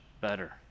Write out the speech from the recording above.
better